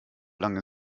lange